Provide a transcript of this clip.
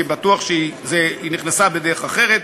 כי בטוח שהיא נכנסה בדרך אחרת,